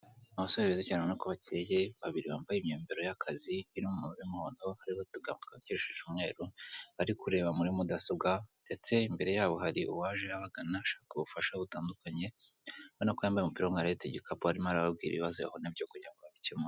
Abasore beza cyane ubona ko bake, babiri bambaye imyambaro y'akazi iri mu bara muhondo, hariho utugambo twandikishije umweru bari kureba muri mudasobwa ndetse imbere yabo hari uwaje abagana ashaka ubufasha butandukanye, ubona ko yambaye umupira w'umweru, ahetse igikapupo arimo arababwira ibibazo yahuye nabyo kugira ngo babikemure.